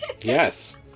Yes